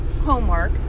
homework